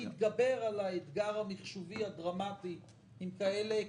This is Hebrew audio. להתגבר על האתגר המחשובי הדרמטי עם כאלה היקפים,